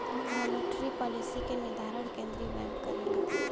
monetary policy क निर्धारण केंद्रीय बैंक करला